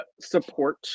support